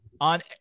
on –